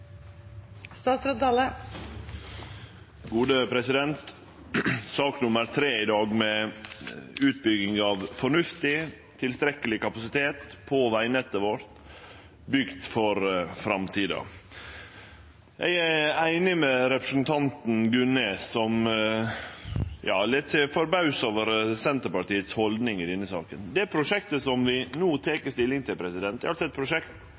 i dag om utbygging av fornuftig, tilstrekkeleg kapasitet på vegnettet vårt, bygd for framtida. Eg er einig med representanten Gunnes, som lèt seg forbause over haldninga til Senterpartiet i denne saka. Det prosjektet vi no tek stilling til, er eit prosjekt